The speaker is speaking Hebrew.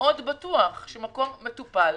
מאוד בטוח, מקום מטופל,